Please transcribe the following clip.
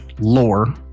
lore